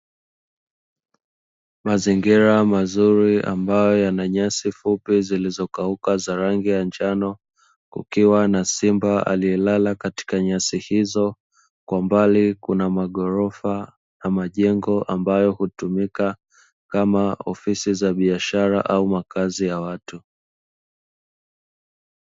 Mazingira mazuri ambayo yana nyasi fupi zilizokauka za rangi njano, kukiwa na simba aliyelala katika nyasi hizo, kwa mbali kuna maghorofa na majengo ambayo hutumika kama ofisi za biashara au makazi ya watu.